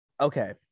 Okay